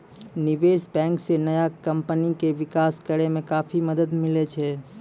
निबेश बेंक से नया कमपनी के बिकास करेय मे काफी मदद मिले छै